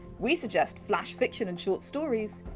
we suggest flash fiction and short stories,